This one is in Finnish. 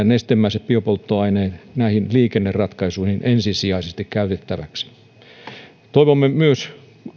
nestemäiset biopolttoaineet näihin liikenneratkaisuihin ensisijaisesti käytettäviksi